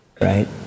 right